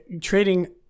trading